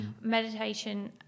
meditation